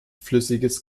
flüssiges